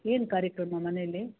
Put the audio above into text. ಏನು ಕಾರ್ಯಕ್ರಮ ಮನೇಲಿ